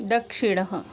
दक्षिणः